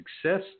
success